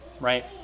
right